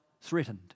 threatened